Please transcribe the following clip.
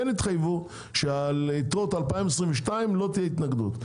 התחייבו שליתרות 2022 לא תהיה התנגדות.